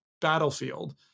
Battlefield